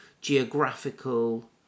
geographical